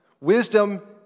Wisdom